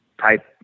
type